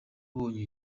abonye